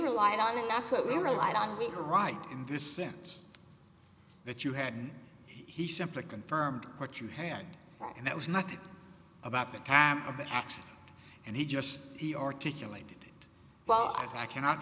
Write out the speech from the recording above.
relied on and that's what we relied on we are right in this sense that you had he simply confirmed what you had and that was not about the time of the accident and he just he articulated well as i cannot